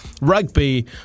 Rugby